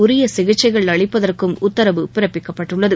உரிய சிகிச்சைகள் அளிப்பதற்கும் உத்தரவு பிறப்பிக்கப்பட்டுள்ளது